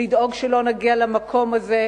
לדאוג שלא נגיע למקום הזה,